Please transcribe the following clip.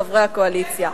חברי הקואליציה.